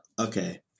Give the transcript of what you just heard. Okay